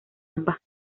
ambas